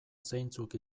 zeintzuk